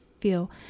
feel